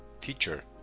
Teacher